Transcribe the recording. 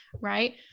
right